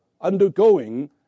undergoing